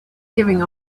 giving